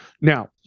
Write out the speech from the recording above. now